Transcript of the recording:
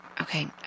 okay